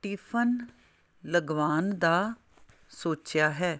tiffin ਲਗਵਾਉਣ ਦਾ ਸੋਚਿਆ ਹੈ